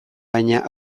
baina